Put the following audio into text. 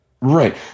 right